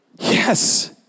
Yes